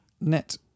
net